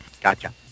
Gotcha